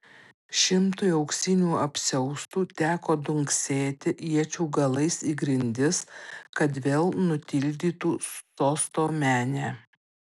šimtui auksinių apsiaustų teko dunksėti iečių galais į grindis kad vėl nutildytų sosto menę